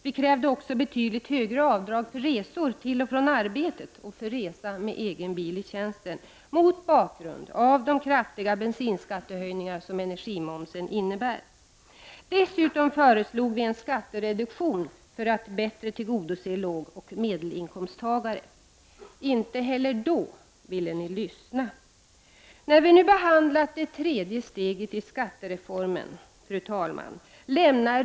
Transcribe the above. Vi krävde också betydligt högre avdrag för resor till och från arbetet och för resa med egen bil i tjänsten — mot bakgrund av de kraftiga bensinskattehöjningar som energimomsen innebär. Dessutom föreslog vi en skattereduktion för att bättre tillgodose lågoch medelinkomsttagare. Inte heller då ville ni lyssna! Fru talman! Vi har nu behandlat det tredje steget i skattereformen.